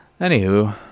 Anywho